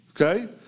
Okay